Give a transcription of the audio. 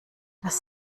das